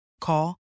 Call